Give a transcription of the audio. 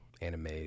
anime